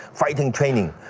fighting training.